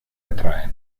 atraen